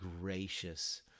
gracious